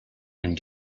and